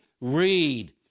Read